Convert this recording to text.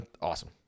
awesome